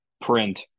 print